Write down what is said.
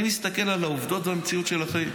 אני מסתכל על העובדות והמציאות של החיים.